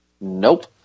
Nope